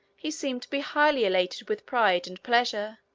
he seemed to be highly elated with pride and pleasure,